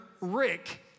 Rick